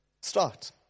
Start